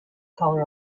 color